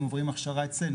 הם עוברים הכשרה אצלנו,